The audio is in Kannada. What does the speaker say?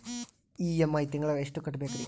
ಇ.ಎಂ.ಐ ತಿಂಗಳ ಎಷ್ಟು ಕಟ್ಬಕ್ರೀ?